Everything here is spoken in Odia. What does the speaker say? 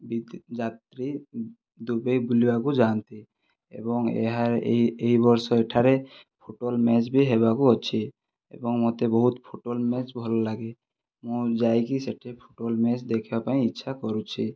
ବି ଯାତ୍ରୀ ଦୁବାଇ ବୁଲିବାକୁ ଯାଆନ୍ତି ଏବଂ ଏହା ଏହି ଏହି ବର୍ଷ ଏଠାରେ ଫୁଟବଲ ମ୍ୟାଚ ବି ହେବାକୁ ଅଛି ଏବଂ ମୋତେ ବହୁତ ଫୁଟବଲ ମ୍ୟାଚ ଭଲ ଲାଗେ ମୁଁ ଯାଇକି ସେଇଠି ଫୁଟବଲ ମ୍ୟାଚ ଦେଖିବା ପାଇଁ ଇଚ୍ଛା କରୁଛି